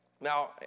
Now